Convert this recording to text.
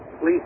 Please